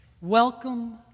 welcome